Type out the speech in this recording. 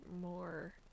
more